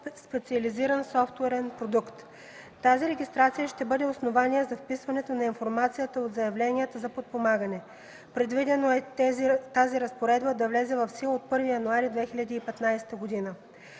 специализиран софтуерен продукт. Регистрацията ще бъде основание за вписването на информацията от заявленията за подпомагане. Предвидено е тази разпоредба да влезе в сила от 1 януари 2015 г.